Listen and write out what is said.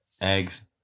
eggs